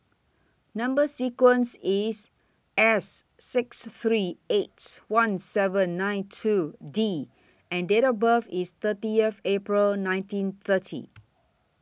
Number sequence IS S six three eight one seven nine two D and Date of birth IS thirty years April nineteen thirty